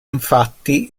infatti